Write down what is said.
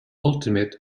heavy